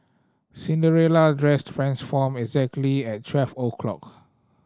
Cinderella address transformed exactly at twelve o' clock